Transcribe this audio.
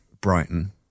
Brighton